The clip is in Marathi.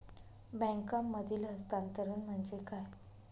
बँकांमधील हस्तांतरण म्हणजे काय?